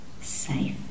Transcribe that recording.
safe